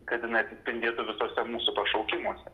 kad jinai atsispindėtų visuose mūsų pašaukimuose